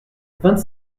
vingt